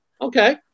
Okay